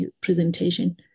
presentation